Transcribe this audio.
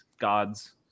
gods